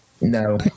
No